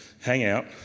hangout